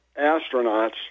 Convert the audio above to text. astronauts